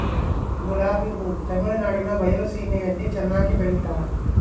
ಗುಲಾಬಿ ಹೂ ತಮಿಳುನಾಡಿನ ಬಯಲು ಸೀಮೆಯಲ್ಲಿ ಚೆನ್ನಾಗಿ ಬೆಳಿತಾರ